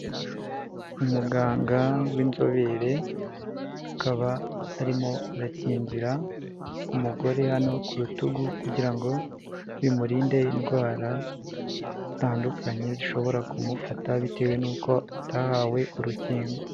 Umuganga w'inzobere akaba arimo arakingira umugore hano ku rutugu kugira ngo bimurinde indwara zitandukanye zishobora kumufata bitewe n'uko atahawe urukingo.